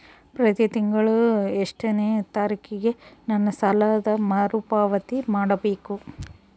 ಪ್ರತಿ ತಿಂಗಳು ಎಷ್ಟನೇ ತಾರೇಕಿಗೆ ನನ್ನ ಸಾಲದ ಮರುಪಾವತಿ ಮಾಡಬೇಕು?